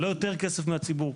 ולא יותר כסף מהציבור.